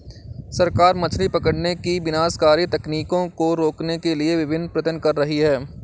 सरकार मछली पकड़ने की विनाशकारी तकनीकों को रोकने के लिए विभिन्न प्रयत्न कर रही है